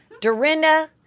Dorinda